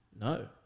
No